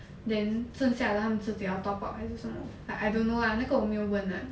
then 剩下的他们自己要 top up 还是什么 like I don't know lah 那个我没有问 lah